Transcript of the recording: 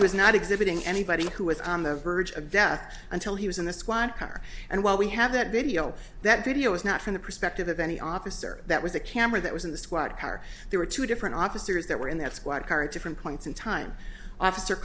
was not exhibiting anybody who was on the verge of death until he was in the squad car and while we have that video that video is not from the perspective of any officer that was a camera that was in the squad car there were two different officers that were in that squad car at different points in time officer